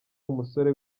umusore